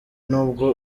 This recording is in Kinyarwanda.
nubwo